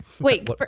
wait